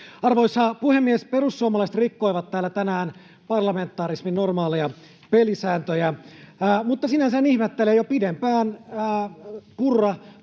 Arvoisa puhemies! Perussuomalaiset rikkoivat täällä tänään parlamentarismin normaaleja pelisääntöjä, mutta sinänsä en ihmettele, sillä jo pidempään